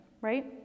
right